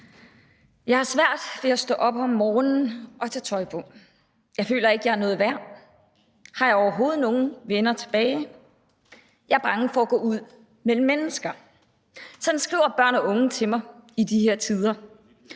Jeg har svært ved at stå op om morgenen og tage tøj på. Jeg føler ikke, at jeg er noget værd. Har jeg overhovedet nogen venner tilbage? Jeg er bange for at gå ud mellem mennesker. Sådan skriver børn og unge til mig i de her tider.